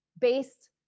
based